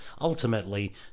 ultimately